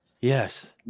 yes